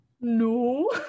no